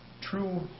true